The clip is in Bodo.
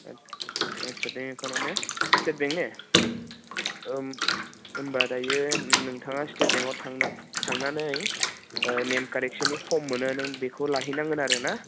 आच्चा बेंक एकाउन्टआव ने स्टेट बेंक ने होनबा दायो नोंथाङा स्टेट बेंकआव थांनानै नेम कारेकसननि फर्म मोनो नों बेखौ लाहैनांगोन आरोना